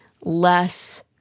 less